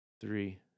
Three